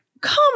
Come